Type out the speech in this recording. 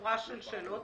שורה של שאלות,